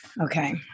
Okay